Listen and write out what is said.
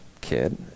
kid